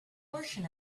portion